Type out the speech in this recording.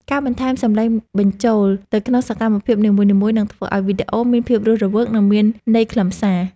ការបន្ថែមសម្លេងបញ្ចូលទៅក្នុងសកម្មភាពនីមួយៗនឹងធ្វើឱ្យវីដេអូមានភាពរស់រវើក និង មានន័យខ្លឹមសារ។